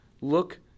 look